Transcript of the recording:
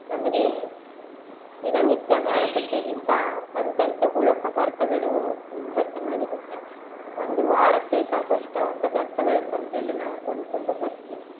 ನಮಗೆ ದಿನನಿತ್ಯ ಮಾರುಕಟ್ಟೆಗಿಂತ ಸಂತೇಲಿ ತೊಗೊಳ್ಳೋ ಪದಾರ್ಥಗಳು ತುಂಬ ಚೆನ್ನಾಗಿರುತ್ತೆ ಒಂದು ವಾರಕ್ಕೆ ಬೇಕಾದಷ್ಟು ಪದಾರ್ಥಗಳು ಸಂತೇಲಿ ನಾವು ಕೊಂಡ್ಕೊಂಡು ಬರ್ತೀವಿ